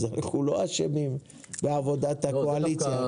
אז אנחנו לא אשמים בעבודת הקואליציה.